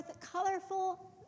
colorful